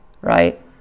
right